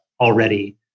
already